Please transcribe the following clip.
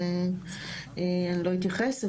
אז אני לא אתייחס.